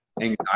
anxiety